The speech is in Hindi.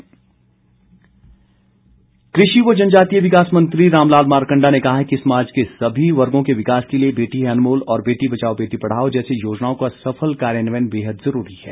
मारकंडा कृषि व जनजातीय विकास मंत्री रामलाल मारकंडा ने कहा है कि समाज के सभी वर्गो के विकास के लिए बेटी है अनमोल और बेटी बचाओ बेटी पढ़ाओ जैसी योजनाओं का सफल कार्यान्वयन बेहद जरूरी है